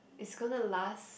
it's gonna last